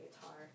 guitar